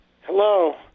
Hello